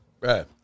Right